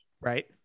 Right